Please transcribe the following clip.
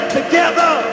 together